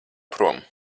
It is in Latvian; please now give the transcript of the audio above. prom